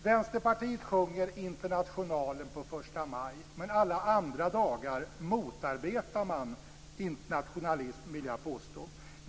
Vänsterpartiet sjunger Internationalen på första maj, men alla andra dagar motarbetar man internationalism, vill jag påstå.